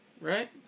Right